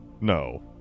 no